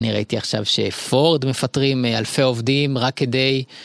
אני ראיתי עכשיו שפורד מפטרים אלפי עובדים רק כדי...